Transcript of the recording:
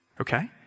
okay